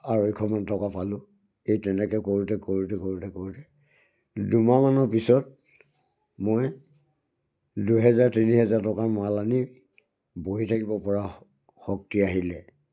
আঢ়ৈশমান টকা পালোঁ এই তেনেকৈ কৰোঁতে কৰোঁতে কৰোঁতে কৰোঁতে দুমাহমানৰ পিছত মই দুহেজাৰ তিনি হেজাৰ টকাৰ মাল আনি বহি থাকিব পৰা শক্তি আহিলে